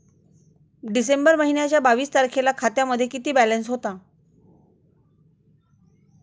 डिसेंबर महिन्याच्या बावीस तारखेला खात्यामध्ये किती बॅलन्स होता?